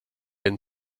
and